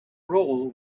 role